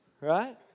right